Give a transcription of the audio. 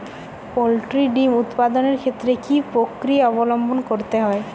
Poultry ডিম উৎপাদনের ক্ষেত্রে কি পক্রিয়া অবলম্বন করতে হয়?